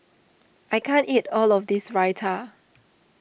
I can't eat all of this Raita